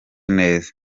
neza